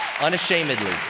unashamedly